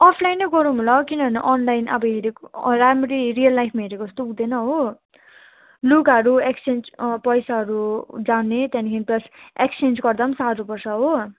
offline नै गरौँ होला हौ किनभने अनलाइन अब हेरेको राम्ररी रियल लाइफमा हेरेको जस्तो हुँदैन हो लुगाहरू एक्सचेन्ज पैसाहरू जाने त्यहाँदेखि प्लस एक्सचेन्ज गर्दा पनि साह्रो पर्छ हो